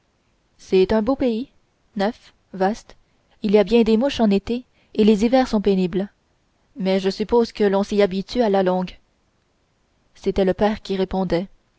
c'est un beau pays neuf vaste il y a bien des mouches en été et les hivers sont pénibles mais je suppose que l'on s'y habitue à la longue c'était le père qui répondait